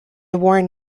warn